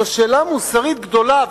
זו שאלה מוסרית גדולה.